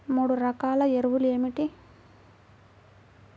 మూడు రకాల ఎరువులు ఏమిటి?